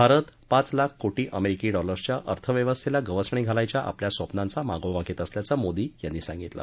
भारत पाच लाख कोण अमेरिकी डॉलर्सच्या अर्थव्यवस्थेला गवसणी घालायच्या आपल्या स्वप्नांचा मागोवा घेत असल्याचं मोदी यांनी सांगितलं